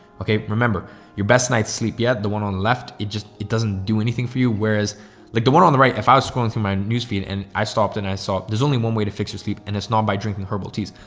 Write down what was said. okay? remember your best night's sleep yet. the one on the left, it just, it doesn't do anything for you. whereas like the one on the right, if i was scrolling through my newsfeed and i stopped and i saw there's only one way to fix your sleep and it's not by drinking herbal teas,